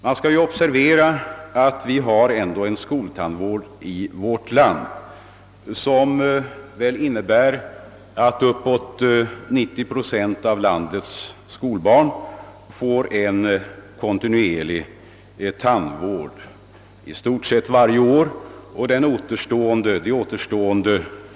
Vi måste vara medvetna om att vi har en skoltandvård i vårt land som innebär att uppåt 90 procent av landets skolbarn får kontinuerlig tandvård — de behandlas i stort sett varje år.